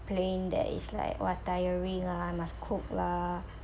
that is like !wah! tiring lah I must cook lah